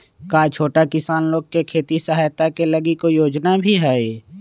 का छोटा किसान लोग के खेती सहायता के लगी कोई योजना भी हई?